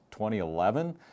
2011